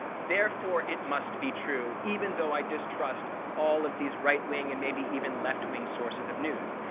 therefore, it must be true, even though i distrust all of these right wing and maybe even left wing sources of news.